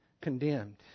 condemned